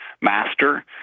master